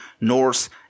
Norse